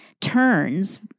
turns